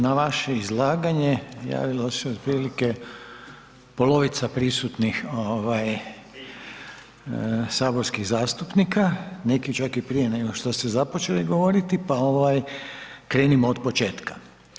Na vaše izlaganje javilo se otprilike polovica prisutnih saborskih zastupnika, neki čak i prije nego što ste započeli govoriti pa krenimo otpočetka.